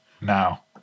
now